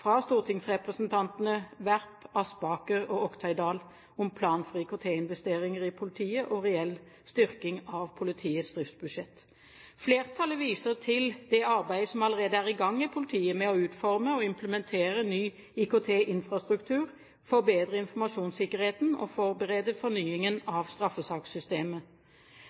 fra stortingsrepresentantene Werp, Aspaker og Oktay Dahl om plan for IKT-investeringer i politiet og reell styrking av politiets driftsbudsjett. Flertallet viser til det arbeidet som allerede er i gang i politiet med å utforme og implementere ny IKT-infrastruktur, forbedre informasjonssikkerheten og forberede fornyingen av